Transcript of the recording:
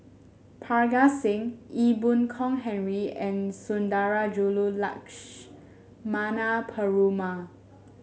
Parga Singh Ee Boon Kong Henry and Sundarajulu Lakshmana Perumal